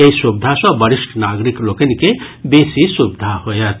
एहि सुविधा सँ वरिष्ठ नागरिक लोकनि के बेसी सुविधा होयत